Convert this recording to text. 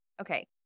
Okay